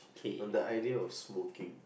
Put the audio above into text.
on the idea of smoking